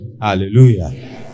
Hallelujah